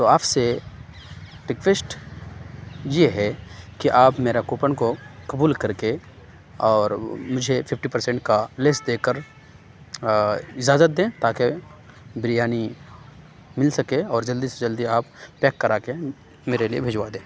تو آپ سے ریکویسٹ یہ ہے کے آپ میرا کوپن کو قبول کر کے اور مجھے ففٹی پرسینٹ کا لیس دے کر اجازت دیں تاکہ بریانی مل سکے اور جلدی سے جلدی آپ پیک کرا کے میرے لیے بھیجوا دیں